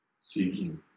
seeking